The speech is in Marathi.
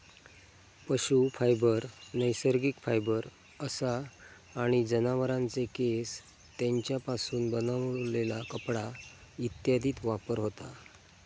पशू फायबर नैसर्गिक फायबर असा आणि जनावरांचे केस, तेंच्यापासून बनलेला कपडा इत्यादीत वापर होता